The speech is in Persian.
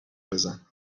بزن